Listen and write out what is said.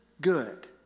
good